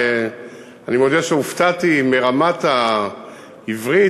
אני מודה שהופתעתי מרמת העברית,